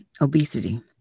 obesity